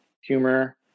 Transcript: humor